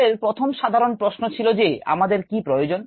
আমাদের প্রথম সাধারণ প্রশ্ন ছিল যে আমাদের কি প্রয়োজন